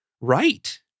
right